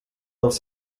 dels